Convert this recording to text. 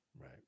right